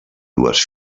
dues